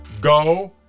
go